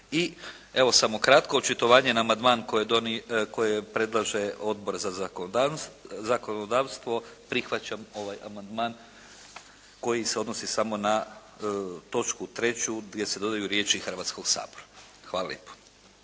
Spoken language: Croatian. I evo samo kratko očitovanje na amandman koje je predlaže Odbor za zakonodavstvo prihvaćam ovaj amandman koji se odnosi samo na točku 3. gdje se dodaju riječi Hrvatskog sabora. Hvala lijep.